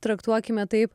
traktuokime taip